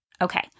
Okay